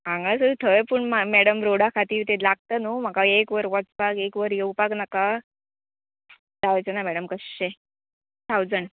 हांगासर थंय पूण मॅडम रोडा खातीर तें लागता न्हू म्हाका एक वर वचपाक एक वर येवपाक नाका जावचे ना मॅडम कशें थावजंड